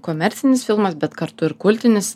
komercinis filmas bet kartu ir kultinis